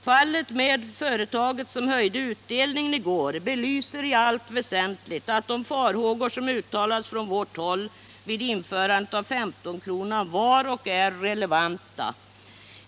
Fallet med företaget som höjde utdelningen i går belyser i allt väsentligt att de farhågor som uttalades från vårt håll vid införandet av 15-kronan var och är relevanta.